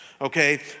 Okay